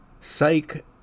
psych